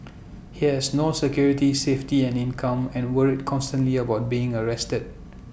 he has no security safety and income and worried constantly about being arrested